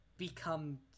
Become